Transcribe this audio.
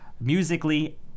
Musically